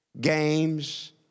games